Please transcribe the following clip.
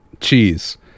cheese